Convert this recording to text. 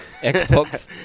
Xbox